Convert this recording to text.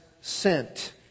sent